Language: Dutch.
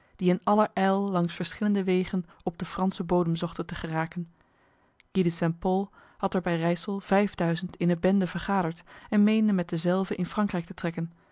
die in aller ijl langs verschillende wegen op de franse bodem zochten te geraken guy de st pol had er bij rijsel vijfduizend in een bende vergaderd en meende met dezelve in frankrijk te trekken